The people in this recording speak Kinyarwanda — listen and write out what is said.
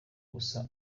gusa